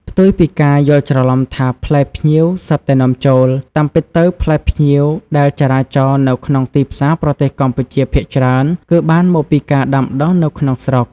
ផ្ទុយពីការយល់ច្រឡំថាផ្លែផ្ញៀវសុទ្ធតែនាំចូល តាមពិតទៅផ្លែផ្ញៀវដែលចរាចរណ៍នៅក្នុងទីផ្សារប្រទេសកម្ពុជាភាគច្រើនគឺបានមកពីការដាំដុះនៅក្នុងស្រុក។